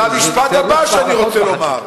זה המשפט הבא שאני רוצה לומר.